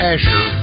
Asher